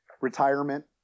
retirement